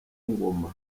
ngoma